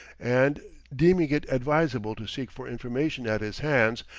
and deeming it advisable to seek for information at his hands,